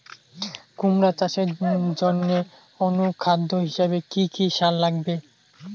কুমড়া চাষের জইন্যে অনুখাদ্য হিসাবে কি কি সার লাগিবে?